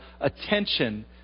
attention